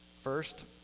First